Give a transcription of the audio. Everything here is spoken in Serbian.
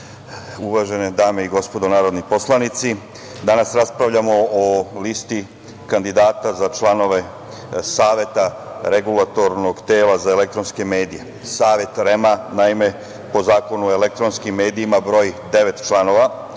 uvažene dame i gospodo narodni poslanici, danas raspravljamo o listi kandidata za članove Saveta regulatornog tela za elektronske medije. Savet REM-a naime po Zakonu o elektronskim medijima broji devet članova